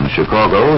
Chicago